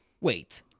wait